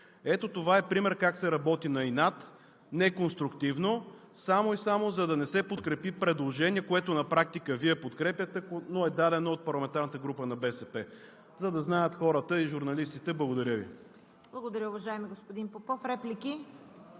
Ето това е пример как се работи на инат, неконструктивно, само и само, за да не се подкрепи предложение, което на практика Вие подкрепяте, но е дадено от парламентарната група на БСП, за да знаят хората и журналистите. Благодаря Ви. ПРЕДСЕДАТЕЛ ЦВЕТА КАРАЯНЧЕВА: Благодаря, уважаеми господин Попов. Реплики?